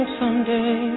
someday